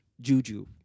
juju